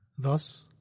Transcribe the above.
Thus